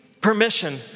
permission